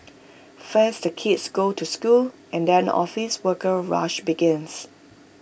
first the kids go to school and then office worker rush begins